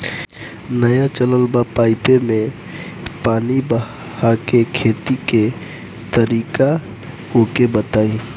नया चलल बा पाईपे मै पानी बहाके खेती के तरीका ओके बताई?